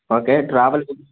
okay travels